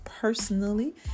personally